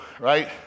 right